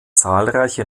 zahlreiche